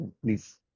please